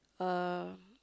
uh